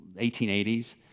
1880s